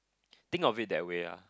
think of it that way lah